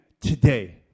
today